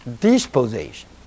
disposition